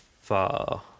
far